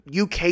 UK